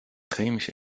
chemische